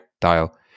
dial